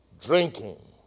drinking